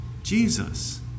Jesus